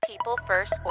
People-first